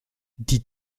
die